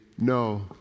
No